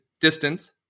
distance